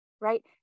right